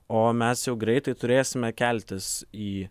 o mes jau greitai turėsime keltis į